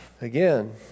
again